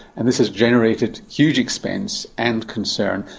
and this has generated huge expense and concern,